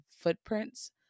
footprints